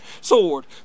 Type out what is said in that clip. sword